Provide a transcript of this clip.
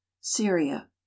syria